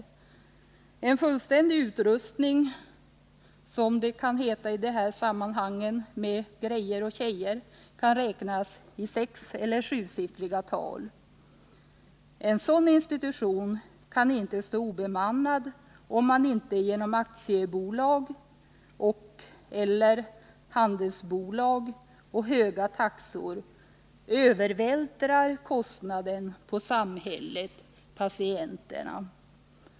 Kostnaderna för en fullständig utrustning med, som det kan heta i dessa sammanhang, ”grejer och tjejer” kan räknas i sexeller sjusiffriga tal. En sådan institution kan inte stå obemannad, om man inte genom aktiebolag eller handelsbolag och genom höga taxor övervältrar kostnaden på samhället och patienterna.